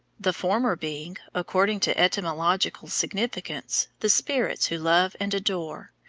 the former being, according to etymological significance, the spirits who love and adore,